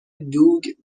دوگ